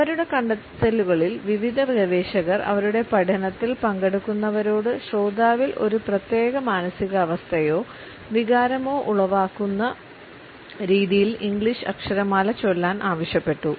അവരുടെ കണ്ടെത്തലുകളിൽ വിവിധ ഗവേഷകർ അവരുടെ പഠനത്തിൽ പങ്കെടുക്കുന്നവരോട് ശ്രോതാവിൽ ഒരു പ്രത്യേക മാനസികാവസ്ഥയോ വികാരമോ ഉളവാക്കുന്ന രീതിയിൽ ഇംഗ്ലീഷ് അക്ഷരമാല ചൊല്ലാൻ ആവശ്യപ്പെട്ടു